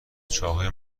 چاقوی